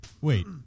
Wait